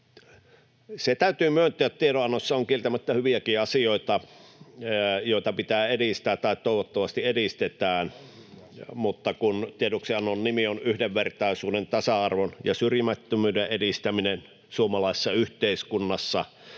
Se täytyy myöntää, että tiedonannossa on kieltämättä hyviäkin asioita, joita pitää edistää tai toivottavasti edistetään. Mutta kun tiedoksiannon nimi on ”Yhdenvertaisuuden, tasa-arvon ja syrjimättömyyden edistäminen suomalaisessa yhteiskunnassa”,